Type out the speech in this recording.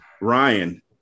Ryan